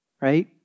Right